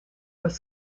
was